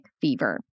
fever